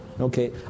Okay